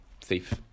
thief